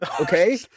Okay